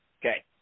Okay